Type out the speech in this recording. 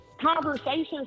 conversations